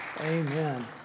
Amen